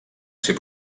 ser